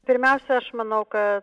pirmiausia aš manau kad